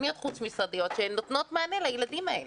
חוץ-משרדיות שהן נותנות מענה לילדים האלה.